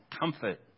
comfort